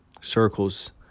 circles